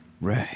right